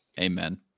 amen